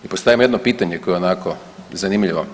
I postavim jedno pitanje koje je onako zanimljivo.